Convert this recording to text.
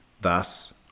Thus